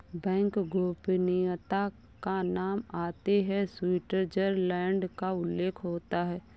bank गोपनीयता का नाम आते ही स्विटजरलैण्ड का उल्लेख होता हैं